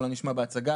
אולי נשמע בהצגה.